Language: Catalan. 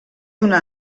una